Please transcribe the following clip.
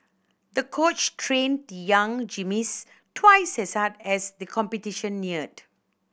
the coach trained the young gym twice as hard as the competition neared